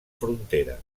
frontera